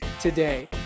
today